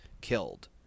killed